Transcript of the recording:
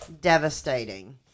devastating